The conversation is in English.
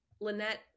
Lynette